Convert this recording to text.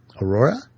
Aurora